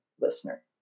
listener